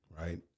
right